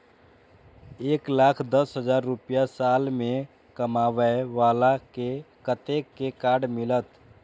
एक लाख दस हजार रुपया साल में कमाबै बाला के कतेक के कार्ड मिलत?